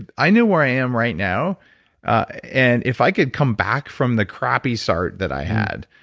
and i know where i am right now and if i could come back from the crappy start that i had,